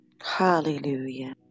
Hallelujah